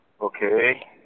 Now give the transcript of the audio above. Okay